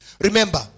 Remember